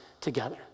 together